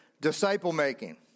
disciple-making